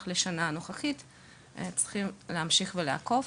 בשנה הנוכחית ועדיין צריכים להמשיך את המעקב.